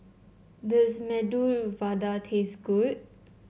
does Medu Vada taste good